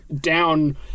down